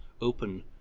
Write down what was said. open